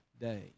day